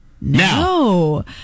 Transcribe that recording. No